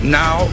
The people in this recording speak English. now